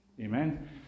Amen